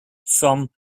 from